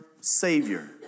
savior